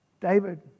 David